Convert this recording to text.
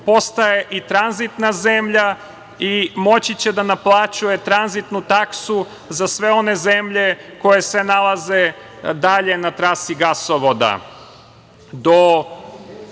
postaje i tranzitna zemlja i moći da naplaćuje tranzitnu taksu za sve one zemlje koje se nalaze dalje na trasi gasovoda. Do